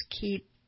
keep